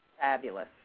Fabulous